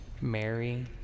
Mary